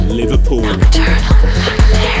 liverpool